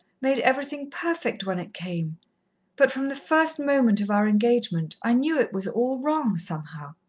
made everything perfect when it came but from the first moment of our engagement i knew it was all wrong somehow.